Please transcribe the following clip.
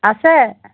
আছে